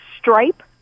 stripe